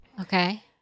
Okay